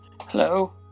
hello